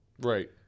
Right